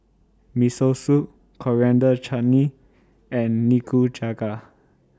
Miso Soup Coriander Chutney and Nikujaga